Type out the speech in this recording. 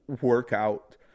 workout